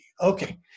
Okay